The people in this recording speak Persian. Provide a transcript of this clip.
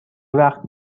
وقت